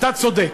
אתה צודק.